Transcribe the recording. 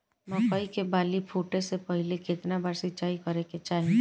मकई के बाली फूटे से पहिले केतना बार सिंचाई करे के चाही?